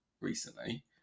recently